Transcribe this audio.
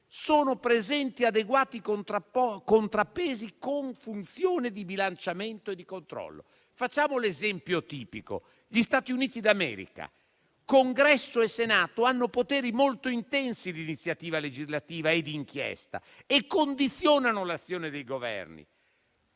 sono presenti adeguati contrappesi con funzioni di bilanciamento e di controllo. Facciamo l'esempio tipico: negli Stati Uniti d'America, il Congresso e il Senato hanno poteri molto intensi di iniziativa legislativa e di inchiesta e condizionano l'azione dei Governi.